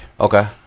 Okay